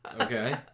Okay